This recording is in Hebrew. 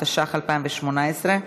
התשע"ח 2018,